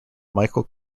michael